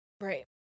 right